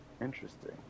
interesting